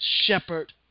shepherd